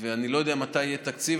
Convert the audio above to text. ואני לא יודע מתי יהיה תקציב,